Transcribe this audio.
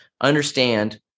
understand